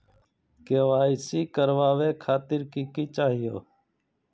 KYC करवावे खातीर कि कि चाहियो?